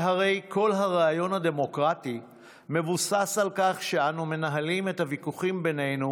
שהרי כל הרעיון הדמוקרטי מבוסס על כך שאנו מנהלים את הוויכוחים בינינו